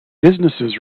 businesses